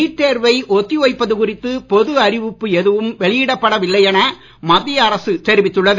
NEET விளக்கம் NEET தேர்வை ஒத்தி வைப்பது குறித்து பொது அறிவிப்பு எதுவும் வெளியிடப்பட வில்லை என மத்திய அரசு தெரிவித்துள்ளது